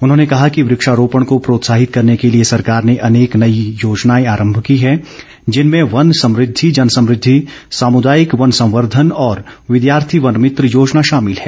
उन्होंने कहा कि वृक्षारोपण को प्रोत्साहित करने के लिए सरकार ने अनेक नई योजनाए आरम्म की हैं जिनमें वन समुद्धि जन समुद्धि सामुदायिक वन संवर्धन और विद्यार्थी वन मित्र योजना शामिल है